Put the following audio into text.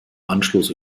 anschluss